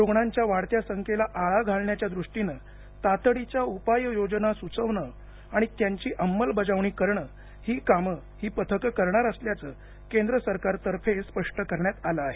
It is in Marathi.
रुग्णांच्या वाढत्या संख्येला आळा घालण्याच्या दृष्टीनं तातडीच्या उपाययोजना सुचविणं आणि त्यांची अंमलबजावणी करणं ही कामं ही पथकं करणार असल्याचं केंद्र सरकारतर्फे स्पष्ट करण्यात आलं आहे